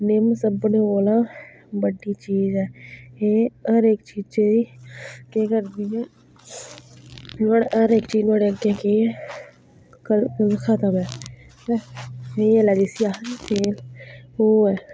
निम्म सभनें कोला बड्डी चीज ऐ एह् हर इक चीजै केह् करदी ऐ नुहाड़े हर इक चीज नुहाड़े अग्गें केह् ऐ क खतम ऐ ठीक ऐ फेल ऐ जिसी आखदे फेल ओह् ऐ